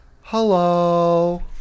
hello